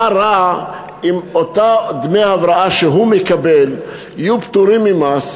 מה רע אם אותם דמי הבראה שהוא מקבל יהיו פטורים ממס,